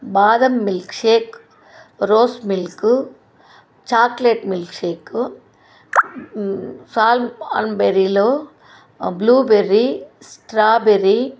బాదం milkshake rose milk chocolate milkshake సాల్మన్బెర్రీలు blueberry strawberry